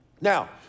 Now